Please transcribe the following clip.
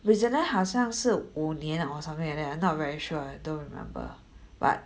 brazillian 好像是五年 or something like that I'm not very sure eh don't remember but